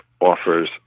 offers